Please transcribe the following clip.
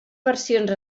versions